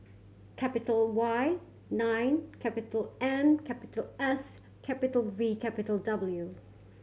capital Y nine capital N capital S capital V capital W